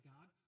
God